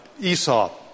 Esau